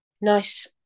nice